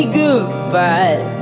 goodbye